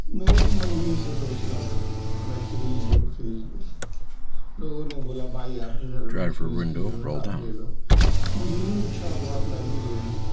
میں ایک مہینے سے سوچ رہا تھا میں فریج لوں فریج لوں لوگوں نے بولا بھائی آپ کے گھر میں ایک فریج کی ضرورت ہے آپ لے لو مجھے بھی اچھا ہوا میں بھی لے لوں